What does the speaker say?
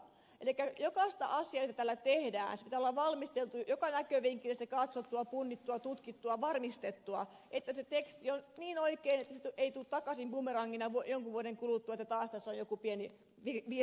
elikkä jokaisen asian joka täällä tehdään pitää olla valmisteltua joka näkövinkkelistä katsottua punnittua tutkittua varmistettua että se teksti on niin oikein että se ei tule takaisin bumerangina jonkun vuoden kuluttua että taas tässä on joku pieni virhe